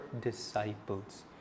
disciples